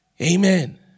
Amen